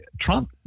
Trump